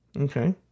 Okay